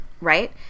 Right